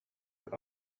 work